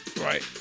right